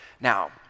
Now